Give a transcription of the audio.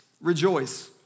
Rejoice